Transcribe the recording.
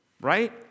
right